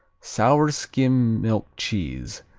sour skim milk cheese,